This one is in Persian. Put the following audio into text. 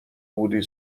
بودی